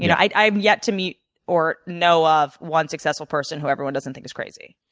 you know i i have yet to meet or know of one successful person who everyone doesn't think is crazy.